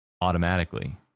automatically